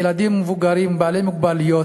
עם ילדים ומבוגרים בעלי מוגבלות,